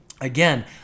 again